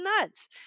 nuts